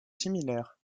similaires